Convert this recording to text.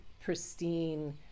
pristine